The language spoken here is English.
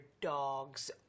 dogs